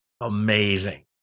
amazing